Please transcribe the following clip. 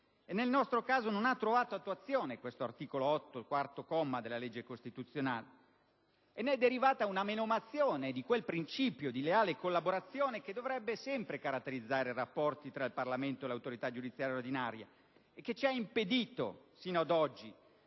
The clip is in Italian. Nel nostro caso non ha trovato attuazione l'articolo 8, comma 4, della citata legge costituzionale n. 1 del 1989, e ne è derivata una menomazione di quel principio di leale collaborazione che dovrebbe sempre caratterizzare i rapporti tra il Parlamento e l'autorità giudiziaria ordinaria, che ci ha impedito fino ad oggi